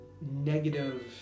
negative